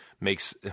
makes